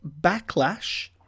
Backlash